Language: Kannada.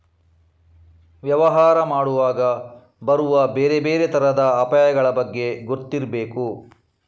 ವ್ಯವಹಾರ ಮಾಡುವಾಗ ಬರುವ ಬೇರೆ ಬೇರೆ ತರದ ಅಪಾಯಗಳ ಬಗ್ಗೆ ಗೊತ್ತಿರ್ಬೇಕು